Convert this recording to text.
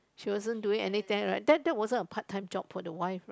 she wasn't doing any there right that that wasn't a part time job for the wife right